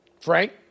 Frank